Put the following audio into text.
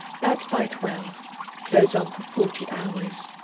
bed by twelve clothes on for forty hours.